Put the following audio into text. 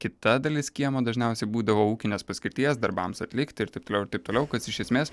kita dalis kiemo dažniausiai būdavo ūkinės paskirties darbams atlikti ir taip toliau ir taip toliau kas iš esmės